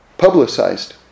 publicized